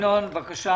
ינון אזולאי, בבקשה.